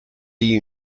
you